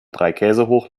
dreikäsehoch